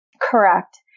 Correct